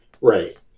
right